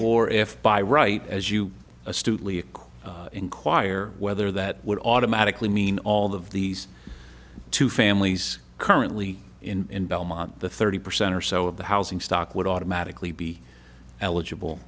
or if by right as you astutely inquire whether that would automatically mean all of these two families currently in belmont the thirty percent or so of the housing stock would automatically be eligible